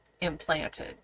implanted